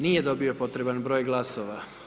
Nije dobio potreban broj glasova.